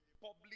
public